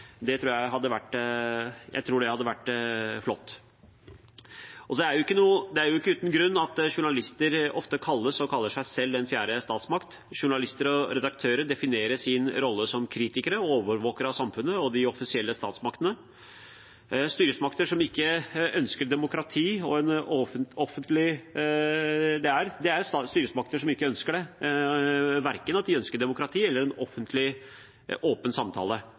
tror jeg hadde vært flott. Det er ikke uten grunn at journalister ofte kalles, og kaller seg selv, den fjerde statsmakt. Journalister og redaktører definerer sin rolle som kritikere og overvåkere av samfunnet og de offisielle statsmaktene. Det er styresmakter som ikke ønsker demokrati og en åpen offentlig samtale. De verdsetter heller ikke den frie og uavhengige vaktbikkja. Det gjør vi her i Norge. Det er mange grunner til at vi topper den listen. Det